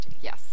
Yes